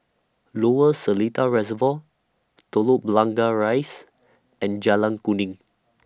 Lower Seletar Reservoir Telok Blangah Rise and Jalan Kuning